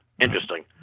Interesting